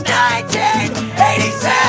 1987